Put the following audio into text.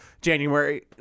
January